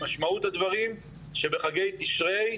משמעות הדברים שבחגי תשרי,